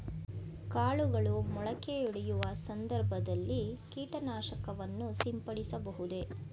ಕಾಳುಗಳು ಮೊಳಕೆಯೊಡೆಯುವ ಸಂದರ್ಭದಲ್ಲಿ ಕೀಟನಾಶಕವನ್ನು ಸಿಂಪಡಿಸಬಹುದೇ?